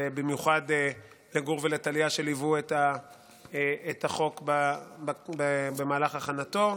במיוחד לגור ולטליה שליוו את החוק במהלך הכנתו.